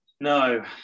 no